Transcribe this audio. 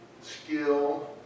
skill